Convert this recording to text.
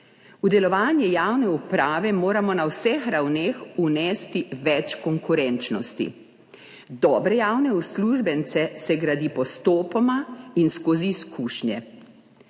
V delovanje javne uprave moramo na vseh ravneh vnesti več konkurenčnosti. Dobre javne uslužbence se gradi postopoma in skozi izkušnje.